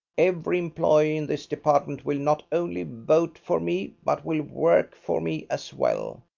every employee in this department will not only vote for me but will work for me as well.